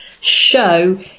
show